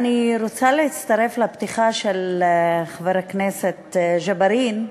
אני רוצה להצטרף לפתיחה של חבר הכנסת ג'בארין,